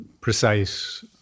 precise